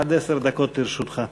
עד עשר דקות לרשותך.